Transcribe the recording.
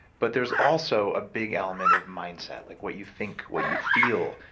but there's also a big element of mindset, like what you think, what you feel,